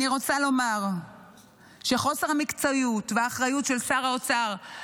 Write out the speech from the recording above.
אני רוצה לומר שחוסר המקצועיות והאחריות של שר האוצר,